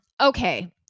Okay